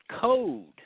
code